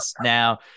now